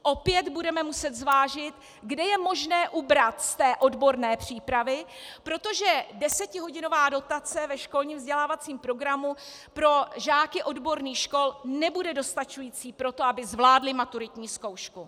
Opět budeme muset zvážit, kde je možné ubrat z té odborné přípravy, protože desetihodinová dotace ve školním vzdělávacím programu pro žáky odborných škol nebude dostačující pro to, aby zvládli maturitní zkoušku.